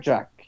Jack